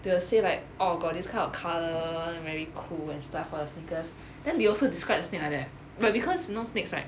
they will say like orh got this kind of colour very cool and stuff for the sneakers then they also described the snake like that eh but because you know snakes right